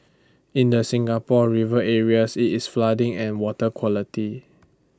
in the Singapore river areas IT is flooding and water quality